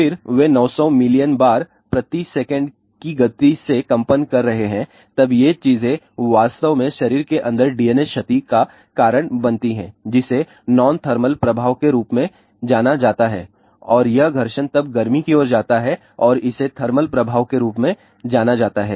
फिर वे 900 मिलियन बार प्रति सेकंड की गति से कंपन कर रहे हैं और तब ये चीजें वास्तव में शरीर के अंदर डीएनए क्षति का कारण बनती हैं जिसे नॉनथर्मल प्रभाव के रूप में जाना जाता है और यह घर्षण तब गर्मी की ओर जाता है और इसे थर्मल प्रभाव के रूप में जाना जाता है